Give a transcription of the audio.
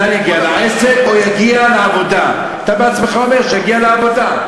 יגיעו לעבודה.